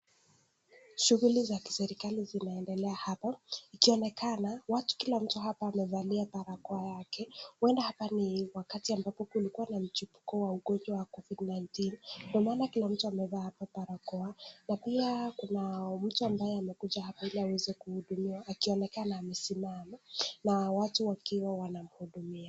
Shughuli za kiserikali zina endelea hapa iki onekana watu, kila mtu hapa amevalia barakoa yake. Huenda hapa ni wakati ambapo kulikuwa na mchipuko wa ugonjwa wa COVID-19, ndio mana kila mtu hapa amevaa barakoa na pia kuna mtu ambaye amekuja hapa ili aweze kuhudumia aki onekana amesimama na watu wakiwa wana mhudumia.